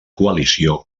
coalició